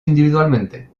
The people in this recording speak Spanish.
individualmente